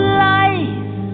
life